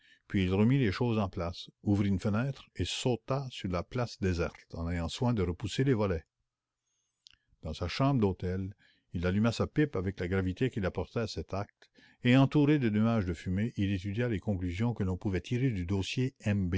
puis il remit les choses en place ouvrit une fenêtre et sauta sur la place déserte en ayant soin de repousser les volets l a dame blonde et herlock sholmès se trouvent en présence dans sa chambre d'hôtel il alluma sa pipe avec la gravité qu'il apportait à cet acte et entouré de nuages de fumée il étudia les conclusions que l'on pouvait tirer du dossier